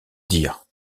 dire